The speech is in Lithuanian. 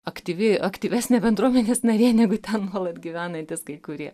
aktyvi aktyvesnė bendruomenės narė negu ten nuolat gyvenantys kai kurie